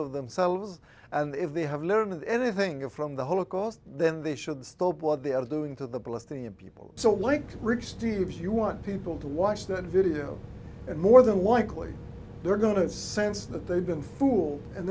of themselves and if they have learned anything from the holocaust then they should stop what they are doing to the blessed thing and people so like rick steves you want people to watch that video and more than likely they're going to sense that they've been fooled and